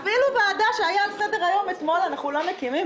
שאפילו ועדה שהייתה על סדר היום אתמול אנחנו לא מקימים.